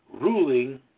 ruling